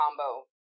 combo